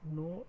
no